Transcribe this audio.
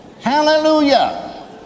Hallelujah